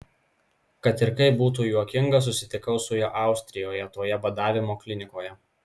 kad ir kaip būtų juokinga susitikau su juo austrijoje toje badavimo klinikoje